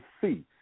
see